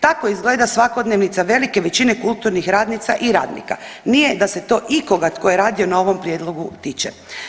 Tako izgleda svakodnevnica velike većine kulturnih radnica i radnika, nije da se to ikoga tko je radio na ovom prijedlogu tiče.